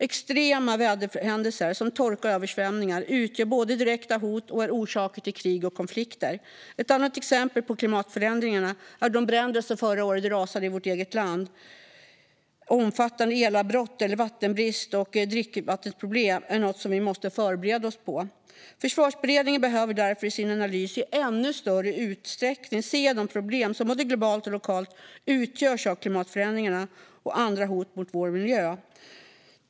Extrema väderhändelser som torka och översvämningar utgör direkta hot och är också orsaker till krig och konflikter. Ett annat exempel på klimatförändringarna är de bränder som förra året rasade i vårt eget land. Omfattande elavbrott, vattenbrist och dricksvattenproblem är också något vi måste förbereda oss på. Försvarsberedningen behöver därför i sin analys i ännu större utsträckning se de problem som klimatförändringarna och andra hot mot vår miljö utgör både globalt och lokalt.